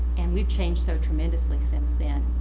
and we've changed so tremendously since then.